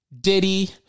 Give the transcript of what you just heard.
Diddy